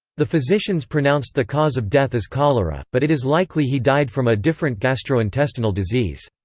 the physicians pronounced the cause of death as cholera, but it is likely he died from a different gastrointestinal disease.